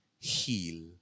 heal